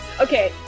Okay